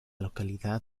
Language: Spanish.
localidad